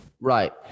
right